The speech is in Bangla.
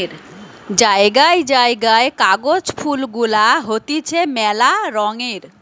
জায়গায় জায়গায় কাগজ ফুল গুলা হতিছে মেলা রঙের